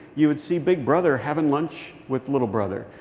you would see big brother having lunch with little brother.